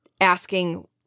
asking